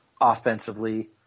offensively